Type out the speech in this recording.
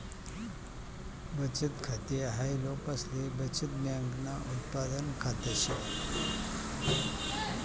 बचत खाते हाय लोकसले बचत बँकन उत्पादन खात से